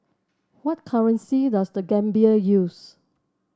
what currency does The Gambia use